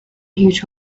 huge